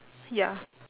ya